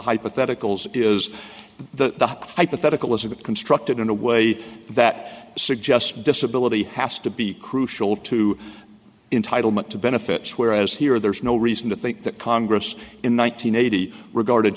hypotheticals is the hypothetical isn't constructed in a way that suggests disability has to be crucial to entitle mint to benefits whereas here there's no reason to think that congress in one nine hundred eighty regarded